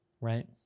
right